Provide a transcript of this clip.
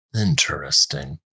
Interesting